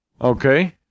Okay